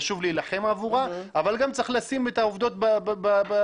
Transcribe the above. חשוב להילחם עבורה אבל גם צריך לשים את העובדות במקומן.